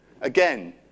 Again